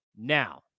now